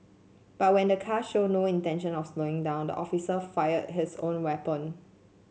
but when the car showed no intention of slowing down the officer fired his own weapon